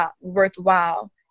worthwhile